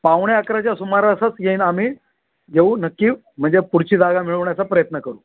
पावणे अकराच्या सुमारासच येईन आम्ही येऊ नक्की येऊ म्हणजे पुढची जागा मिळवण्याचा प्रयत्न करू